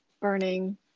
burning